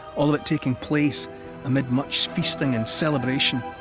all of it taking place amid much feasting and celebration.